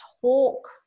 talk